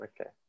okay